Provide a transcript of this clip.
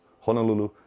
Honolulu